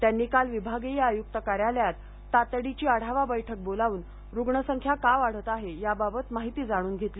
त्यांनी काल विभागीय आयुक्त कार्यालयात तातडीची आढावा बैठक बोलावून रुग्णसंख्या का वाढत आहे याबाबत माहिती जाणून घेतली